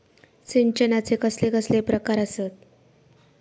सिंचनाचे कसले कसले प्रकार आसत?